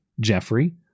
Jeffrey